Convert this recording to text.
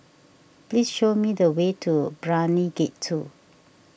please show me the way to Brani Gate two